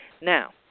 Now